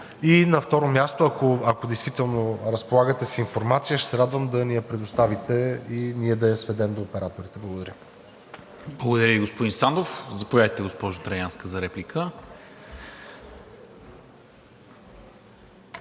И на второ място, ако действително разполагате с информация, ще се радвам да ни я предоставите и ние да я сведем до операторите. Благодаря. ПРЕДСЕДАТЕЛ НИКОЛА МИНЧЕВ: Благодаря Ви, господин Сандов. Заповядайте, госпожо Траянска, за реплика.